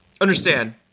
Understand